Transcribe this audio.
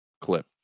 clip